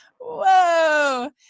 Whoa